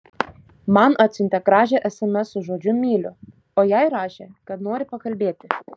man atsiuntė gražią sms su žodžiu myliu o jai rašė kad nori pakalbėti